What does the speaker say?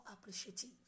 appreciative